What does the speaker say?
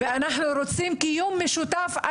אנחנו רוצים קיום משותף,